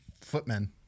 footmen